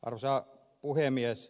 arvoisa puhemies